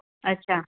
अछा